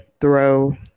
throw